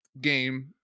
game